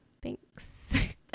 Thanks